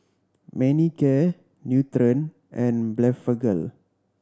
Manicare Nutren and Blephagel